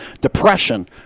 depression